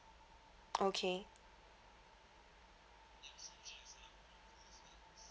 okay